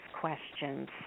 questions